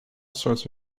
sorts